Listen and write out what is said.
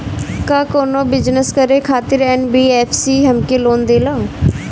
का कौनो बिजनस करे खातिर एन.बी.एफ.सी हमके लोन देला?